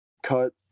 cut